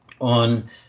on